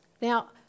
now